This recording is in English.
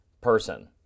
person